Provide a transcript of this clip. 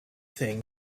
thing